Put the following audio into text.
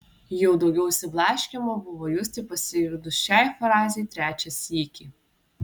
jau daugiau išsiblaškymo buvo justi pasigirdus šiai frazei trečią sykį